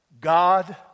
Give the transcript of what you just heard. God